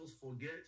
forget